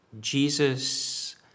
Jesus